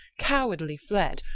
cowardly fled,